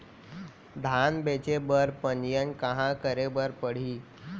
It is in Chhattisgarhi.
धान बेचे बर पंजीयन कहाँ करे बर पड़ही?